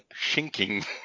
shinking